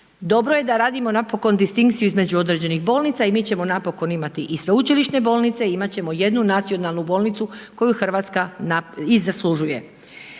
Dobro je da radimo napokon distinkciju između određenih bolnica i mi ćemo napokon imati i sveučilišne bolnice i imat ćemo jednu nacionalnu bolnicu koju Hrvatska i zaslužuje.